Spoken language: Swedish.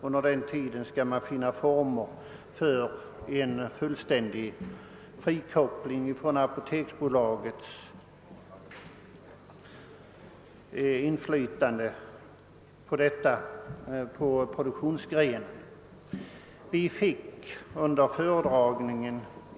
Under denna tid skall man finna former för en fullständig frikoppling från apoteksbolagets inflytande på denna produktionsgren.